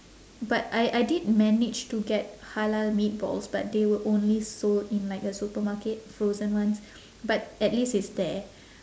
but I I did manage to get halal meatballs but they were only sold in like a supermarket frozen ones but at least it's there